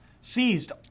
seized